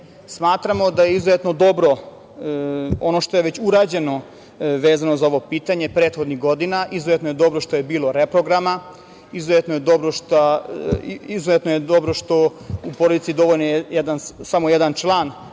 PIO.Smatramo da je izuzetno dobro ono što je već urađeno vezano za ovo pitanje prethodnih godina, izuzetno je dobro što je bilo reprograma. Izuzetno je dobro što je u porodici dovoljno samo jedan član